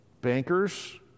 bankers